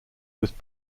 was